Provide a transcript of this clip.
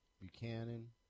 Buchanan